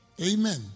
amen